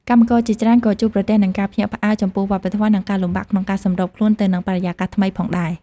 កម្មករជាច្រើនក៏ជួបប្រទះនឹងការភ្ញាក់ផ្អើលចំពោះវប្បធម៌ និងការលំបាកក្នុងការសម្របខ្លួនទៅនឹងបរិយាកាសថ្មីផងដែរ។